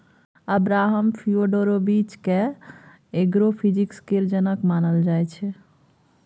Abraham Fyodorovich केँ agrophysics केर जनक मानल जाइ छै